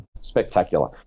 Spectacular